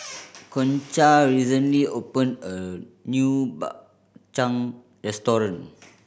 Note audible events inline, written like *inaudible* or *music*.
*noise* Concha recently opened a new Bak Chang restaurant